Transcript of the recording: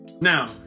Now